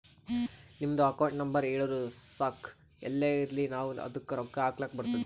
ನಿಮ್ದು account number ಹೇಳುರು ಸಾಕ್ ಎಲ್ಲೇ ಇರ್ಲಿ ನಾವೂ ಅದ್ದುಕ ರೊಕ್ಕಾ ಹಾಕ್ಲಕ್ ಬರ್ತುದ್